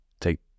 take